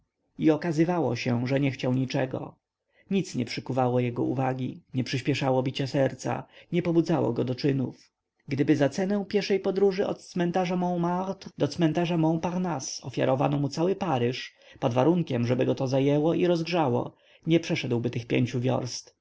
i okazywało się że nie chciał niczego nic nie przykuwało jego uwagi nie przyśpieszało bicia serca nie pobudzało go do czynów gdyby za cenę pieszej podróży od cmentarza montmartre do cmentarza mont-parnasse ofiarowano mu cały paryż pod warunkiem żeby go to zajęło i rozgrzało nie przeszedłby tych pięciu wiorst